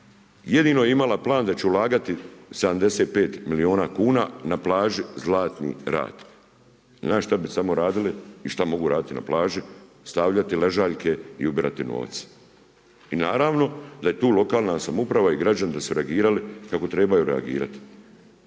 jedino imala plan da će ulagati 75 milijuna kuna na plaži Zlatni rat. Znate što bi samo radili i šta mogu raditi na plaži? Stavljati ležaljke i ubirati novac. I naravno da je tu lokalna samouprava i građani da su reagirali kako trebaju reagirati.